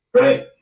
Right